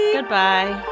Goodbye